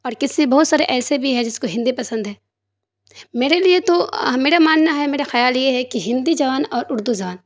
اور کسی بہت سارے ایسے بھی ہیں جس کو ہندی پسند ہے میرے لیے تو میرا ماننا ہے میرا خیال یہ ہے کہ ہندی زبان اور اردو زبان